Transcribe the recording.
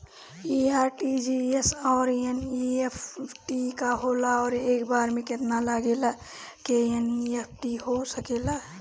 इ आर.टी.जी.एस और एन.ई.एफ.टी का होला और एक बार में केतना लोगन के एन.ई.एफ.टी हो सकेला?